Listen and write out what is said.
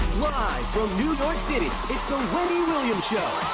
from new york city, it's the wendy williams show.